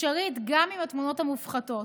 אפשרית גם עם התמונות המופחתות.